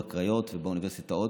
בקריות ובאוניברסיטאות.